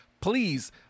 please